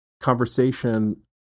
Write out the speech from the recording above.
conversation